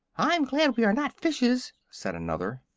i'm glad we are not fishes! said another.